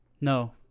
No